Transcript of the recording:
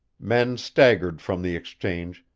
men staggered from the exchange,